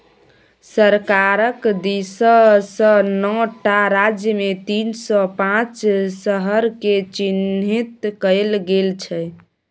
सरकारक दिससँ नौ टा राज्यमे तीन सौ पांच शहरकेँ चिह्नित कएल गेल छै